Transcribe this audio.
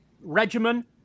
regimen